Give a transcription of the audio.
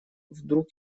вдруг